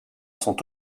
sont